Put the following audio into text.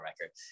record